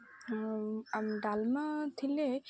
ଆଉ ଡ଼ାଲମା ଥିଲେ